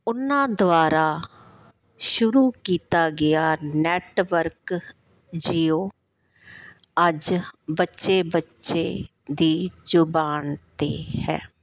ਉਹਨਾਂ ਦੁਆਰਾ ਸ਼ੁਰੂ ਕੀਤਾ ਗਿਆ ਨੈੱਟਵਰਕ ਜੀਓ ਅੱਜ ਬੱਚੇ ਬੱਚੇ ਦੀ ਜੁਬਾਨ 'ਤੇ ਹੈ